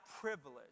privilege